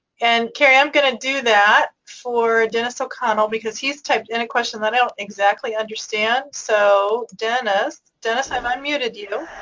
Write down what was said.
and kerri, i'm gonna do that for dennis o'connell because he's typed in a question that i don't exactly understand. so, dennis. dennis, i've unmuted you. do